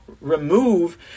remove